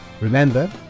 Remember